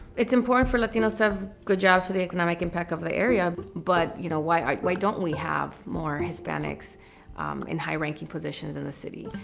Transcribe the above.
it's important for latinos to have good jobs for the economic impact of the area, but you know, why why don't we have more hispanics in high-ranking positions in the city?